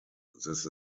this